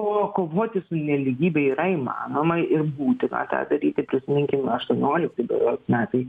o kovoti su nelygybe yra įmanoma ir būtina tą daryti prisiminkim aštuoniolikti berods metai